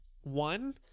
one